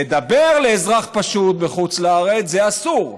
לדבר לאזרח פשוט בחוץ-לארץ זה אסור,